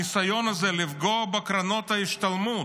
הניסיון הזה לפגוע בקרנות ההשתלמות,